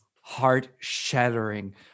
heart-shattering